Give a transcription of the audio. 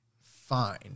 fine